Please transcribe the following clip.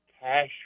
cash